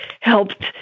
helped